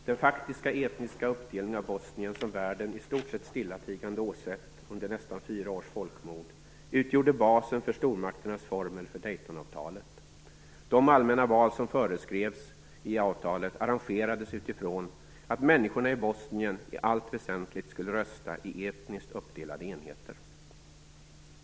Den faktiska etniska uppdelningen av Bosnien, som världen i stort sett stillatigande åsett under nästan fyra års folkmord, utgjorde basen för stormakternas formel för Daytonavtalet. De allmänna val som föreskrevs i avtalen arrangerades utifrån att människorna i Bosnien i allt väsentligt skulle rösta i etniskt uppdelade enheter.